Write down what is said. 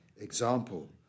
example